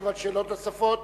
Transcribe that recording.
ישיב על שאלות נוספות.